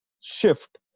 shift